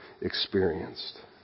experienced